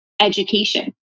education